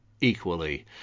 equally